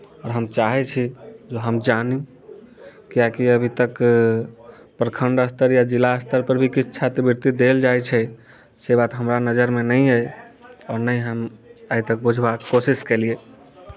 आओर हम चाहैत छी जे हम जानी किआकि अभी तक प्रखण्ड स्तर या जिला स्तरपर भी किछु छात्रवृत्ति देल जाइत छै से बात हमरा नजरिमे नहि अइ आओर नहि हम आइ तक बुझबाक कोशिश केलियै